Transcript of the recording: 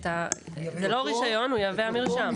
זה לא רישיון; הוא יהווה את המרשם.